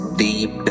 deep